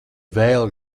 vēl